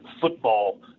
football